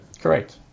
Correct